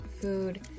food